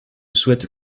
souhaite